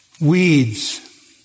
Weeds